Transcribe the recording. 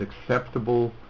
acceptable